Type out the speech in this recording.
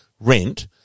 rent